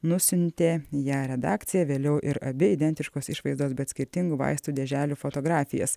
nusiuntė ją redakcija vėliau ir abi identiškos išvaizdos bet skirtingų vaistų dėželių fotografijas